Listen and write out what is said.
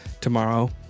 tomorrow